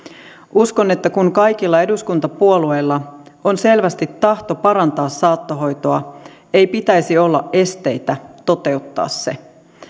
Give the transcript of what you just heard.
uskon että kun kaikilla eduskuntapuolueilla on selvästi tahto parantaa saattohoitoa ei pitäisi olla esteitä toteuttaa se